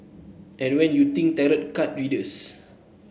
and when you think tarot card readers